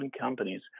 companies